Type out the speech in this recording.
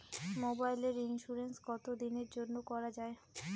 মোবাইলের ইন্সুরেন্স কতো দিনের জন্যে করা য়ায়?